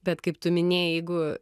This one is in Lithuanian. bet kaip tu minėjai jeigu